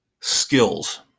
skills